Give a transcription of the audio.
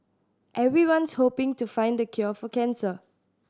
everyone's hoping to find the cure for cancer